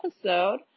episode